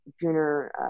Junior